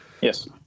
Yes